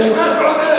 זה נכנס ועוד איך.